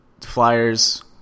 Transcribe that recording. Flyers